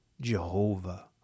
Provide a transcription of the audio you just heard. jehovah